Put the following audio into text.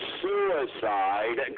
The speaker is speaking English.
suicide